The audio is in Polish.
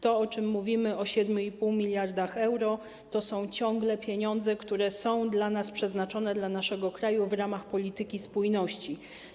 To, o czym mówimy, czyli 7,5 mld euro, to są ciągle pieniądze, które są dla nas przeznaczone, dla naszego kraju, w ramach polityki spójności.